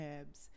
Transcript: herbs